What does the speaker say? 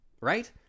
Right